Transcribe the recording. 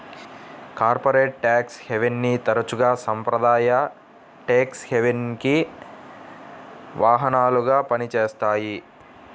corporate tax హెవెన్ని తరచుగా సాంప్రదాయ ట్యేక్స్ హెవెన్కి వాహనాలుగా పనిచేస్తాయి